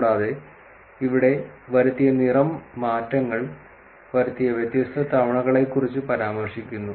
കൂടാതെ ഇവിടെ വരുത്തിയ നിറം മാറ്റങ്ങൾ വരുത്തിയ വ്യത്യസ്ത തവണകളെക്കുറിച്ച് പരാമർശിക്കുന്നു